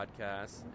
podcasts